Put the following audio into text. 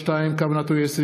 מרדכי יוגב,